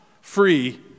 free